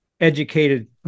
educated